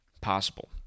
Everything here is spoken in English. possible